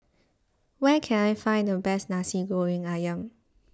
where can I find the best Nasi Goreng Ayam